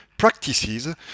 Practices